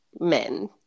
men